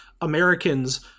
Americans